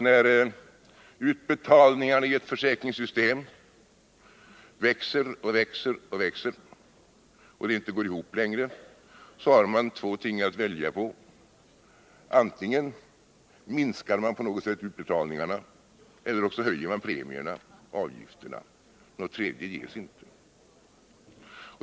När utbetalningarna i ett försäkringssystem bara växer och växer och det inte längre går ihop, har man två ting att välja på: antingen minskar man på något sätt utbetalningarna eller också höjer man premierna, avgifterna. Något tredje gives icke.